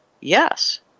yes